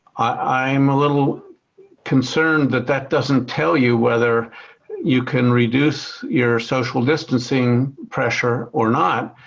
i'm a little concerned that that doesn't tell you whether you can reduce your social distancing pressure or not,